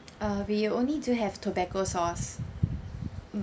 uh we only do have tabasco sauce mm